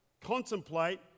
contemplate